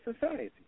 society